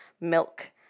milk